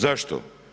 Zašto?